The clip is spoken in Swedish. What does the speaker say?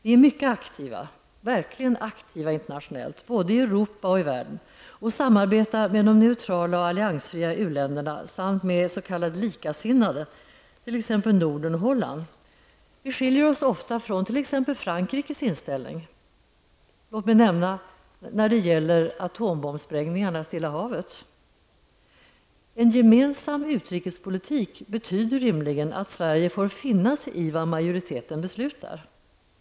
Vi är mycket aktiva både i Europa och i världen och samarbetar med de neutrala och alliansfria u-länderna samt med s.k. likasinnade, t.ex. de övriga nordiska länderna och Holland. Vi skiljer oss ofta från t.ex. Frankrike när det gäller exempelvis atombombsprängningarna i En gemensam utrikespolitik betyder rimligen att Sverige får finna sig i vad majoriteten beslutar.